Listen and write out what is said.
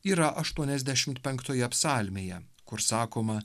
yra aštuoniasdešimt penktoje psalmėje kur sakoma